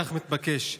וכך מתבקש.